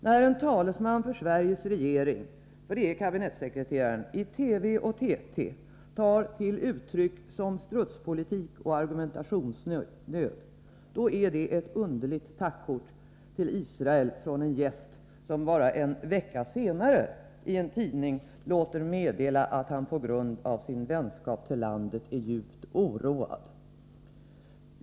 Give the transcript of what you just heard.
När en talesman för Sveriges regering — och det är kabinettssekreteraren —i TV och TT tar till uttryck som ”strutspolitik” och ”argumentationsnöd”, då är det ett underligt tackkort till Israel från en gäst, som bara en vecka senare i en tidning låter meddela att han på grund av sin vänskap för landet är djupt oroad.